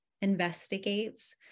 investigates